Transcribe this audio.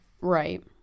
right